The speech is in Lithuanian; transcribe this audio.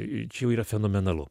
čia jau yra fenomenalu